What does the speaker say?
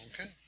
Okay